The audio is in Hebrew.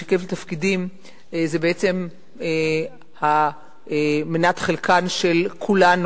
שכפל תפקידים זה בעצם מנת חלקנו,